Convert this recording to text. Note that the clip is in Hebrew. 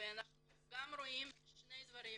אנחנו רואים שני דברים